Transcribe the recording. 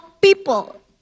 people